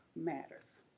matters